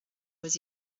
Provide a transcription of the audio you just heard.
was